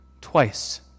twice